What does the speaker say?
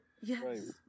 Yes